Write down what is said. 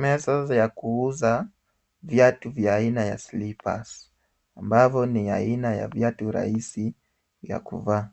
Meza za kuuza viatu vya aina ya slippers ambavyo ni ya aina ya viatu rahisi vya kuvaa.